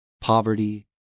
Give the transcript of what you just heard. poverty